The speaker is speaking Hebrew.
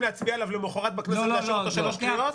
להצביע עליו למוחרת בכנסת ולאשר אותו בשלוש קריאות?